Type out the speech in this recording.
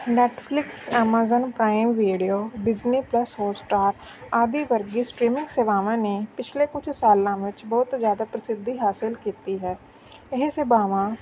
Netflix Amazon Prime Video Disney plus Hotstar ਆਦਿ ਵਰਗੀ streaming ਸੇਵਾਵਾਂ ਨੇ ਪਿਛਲੇ ਕੁਛ ਸਾਲਾਂ ਵਿੱਚ ਬਹੁਤ ਜ਼ਿਆਦਾ ਪ੍ਰਸਿੱਧੀ ਹਾਸਿਲ ਕੀਤੀ ਹੈ ਇਹ ਸੇਵਾਵਾਂ